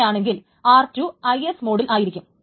അങ്ങനെയാണെങ്കിൽ r2 IS മോഡിൽ ആയിരിക്കും